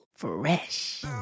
fresh